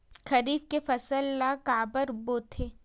खरीफ के फसल ला काबर बोथे?